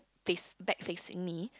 face back facing me